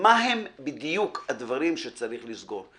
מה הם בדיוק הדברים שצריך "לסגור".